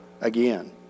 again